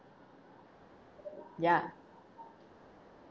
ya